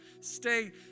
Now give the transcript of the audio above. stay